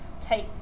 take